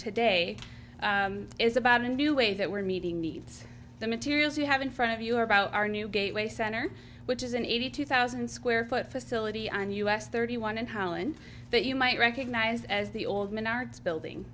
today is about a new way that we're meeting needs the materials you have in front of you about our new gateway center which is an eighty two thousand square foot facility on u s thirty one and holland that you might recognize as the old man arts building